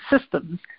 Systems